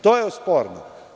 To je sporno.